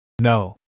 No